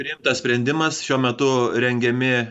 priimtas sprendimas šiuo metu rengiami